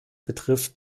betrifft